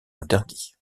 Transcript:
interdits